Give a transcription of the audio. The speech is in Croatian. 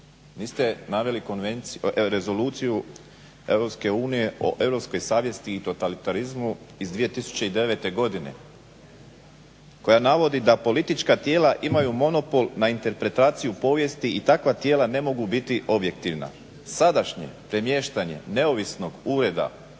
niste naveli Rezoluciju EU o europskoj savjesti i totalitarizmu iz 2009. godine koja navodi da politička tijela imaju monopol na interpretaciju povijesti i takva tijela ne mogu biti objektivna. Sadašnje premještanje neovisnog ureda